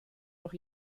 noch